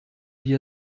wie